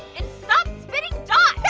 and stop spitting